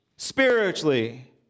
Spiritually